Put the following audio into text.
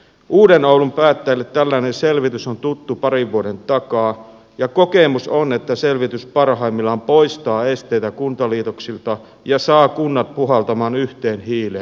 uuden oulun päättäjille tällainen selvitys on tuttu parin vuoden takaa ja kokemus on että selvitys parhaimmillaan poistaa esteitä kuntaliitoksilta ja saa kunnat puhaltamaan yhteen hiileen